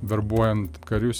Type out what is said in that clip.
verbuojant karius